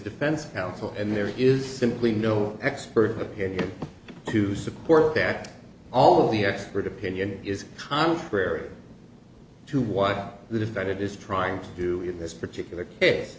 defense counsel and there is simply no expert opinion to support that all the expert opinion is contrary to what the defendant is trying to do in this particular case